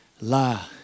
la